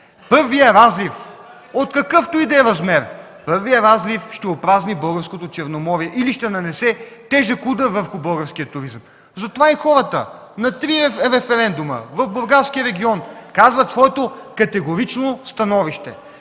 Първият разлив от какъвто и да е размер, първият разлив ще опразни българското Черноморие, или ще нанесе тежък удар върху българския туризъм. Затова и хората на три референдума в Бургаския регион казват своето категорично становище.